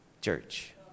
church